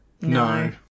No